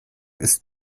ist